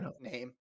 name